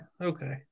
Okay